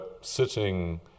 sitting